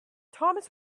thomas